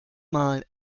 mal